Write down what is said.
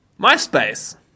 MySpace